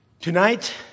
Tonight